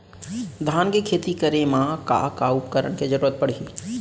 धान के खेती करे मा का का उपकरण के जरूरत पड़हि?